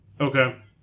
Okay